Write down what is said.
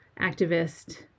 activist